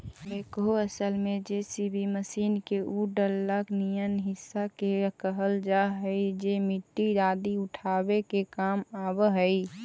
backhoe असल में JCB machine के उ डला निअन हिस्सा के कहल जा हई जे मट्टी आदि उठावे के काम आवऽ हई